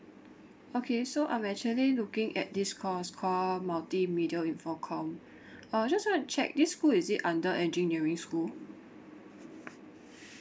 okay so I'm actually looking at this course call multimedia infocomm uh I just want to check this school is it under engineering school